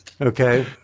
Okay